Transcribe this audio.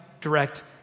direct